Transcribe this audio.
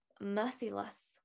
merciless